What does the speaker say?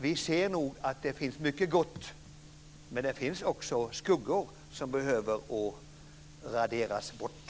Vi ser nog att det finns mycket gott, men det finns också skuggor som behöver raderas bort.